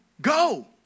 go